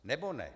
Nebo ne?